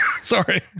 Sorry